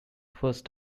first